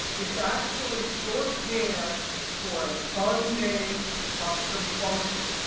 it's actually shorthand for an unnamed custom function.